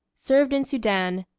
served in soudan,